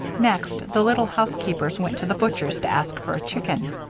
next the little housekeepers went to the butcher's to ask for a chicken.